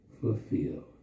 fulfilled